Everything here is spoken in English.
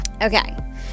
okay